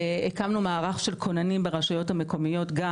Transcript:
הקמנו מערך של כוננים ברשויות המקומיות גם